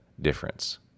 difference